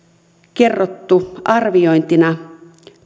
kerrottu arviointina